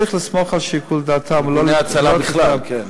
צריך לסמוך על שיקול דעתם, ארגוני הצלה בכלל.